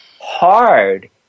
hard